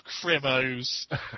Crimos